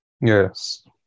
Yes